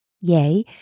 Yay